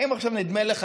האם נדמה לך,